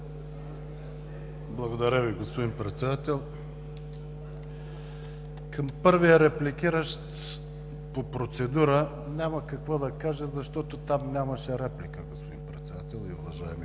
Благодаря Ви, господин Председател. Към първия репликиращ по процедура няма какво да кажа, защото там нямаше реплика, господин Председател и уважаеми